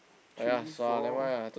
three four